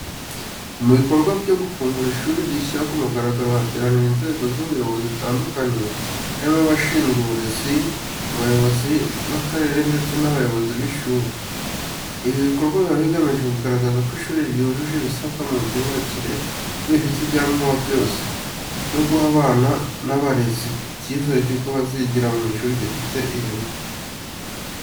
Mu bikorwa byo gufungura ishuri rishya ku mugaragaro hateranira inzego z'ubuyobozi zitandukanye, harimo abashinzwe uburezi, abayobozi b'akarere ndetse n'abayobozi b'ishuri. Ibi bikorwa biba bigamije kugaragaza ko ishuri ryujuje ibisabwa mu myubakire, ko rifite ibyangombwa byose, no guha abana n'abarezi icyizere cy'uko bazigira mu ishuri rifite ireme.